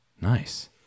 Nice